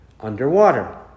underwater